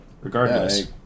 Regardless